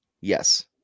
Yes